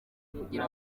kugira